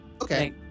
Okay